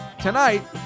tonight